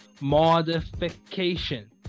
Modification